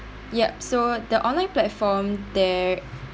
yup so the online platform there